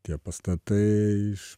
tie pastatai iš